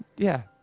yeah.